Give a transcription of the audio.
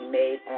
made